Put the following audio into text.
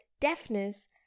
deafness